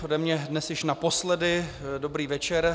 Ode mě dnes již naposledy dobrý večer.